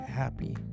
happy